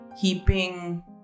keeping